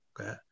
okay